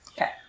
Okay